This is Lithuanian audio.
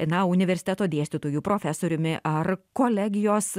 na universiteto dėstytoju profesoriumi ar kolegijos